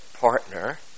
partner